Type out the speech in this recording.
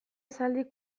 esaldi